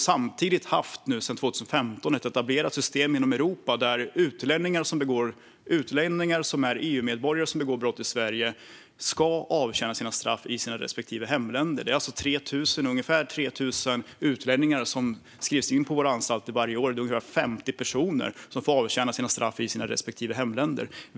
Samtidigt har vi sedan 2015 haft ett etablerat system inom Europa som innebär att utlänningar som är EU-medborgare och som begår brott i Sverige ska avtjäna sina straff i sina respektive hemländer. Det är ungefär 3 000 utlänningar som skrivs in på våra anstalter varje år, och det är ungefär 50 personer som får avtjäna sina straff i sina respektive hemländer.